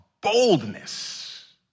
Boldness